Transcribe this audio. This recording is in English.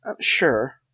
sure